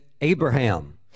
Abraham